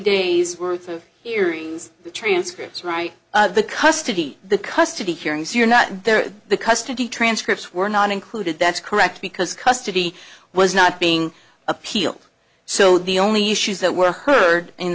days worth of hearings the transcripts right the custody the custody hearings you're not there the custody transcripts were not included that's correct because custody was not being appealed so the only issues that were h